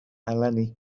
eleni